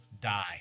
die